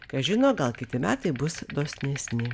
kas žino gal kiti metai bus dosnesni